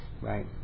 right